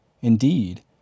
Indeed